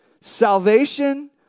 Salvation